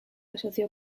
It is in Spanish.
asoció